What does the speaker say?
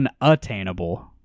unattainable